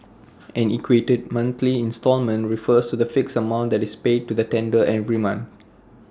an equated monthly instalment refers to the fixed amount that is paid to the lender every month